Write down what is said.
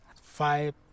five